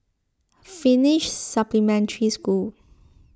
Finnish Supplementary School